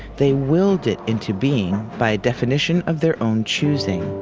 they willed it into being by definition of their own choosing.